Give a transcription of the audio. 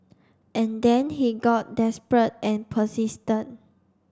and then he got desperate and persistent